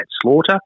slaughter